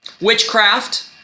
witchcraft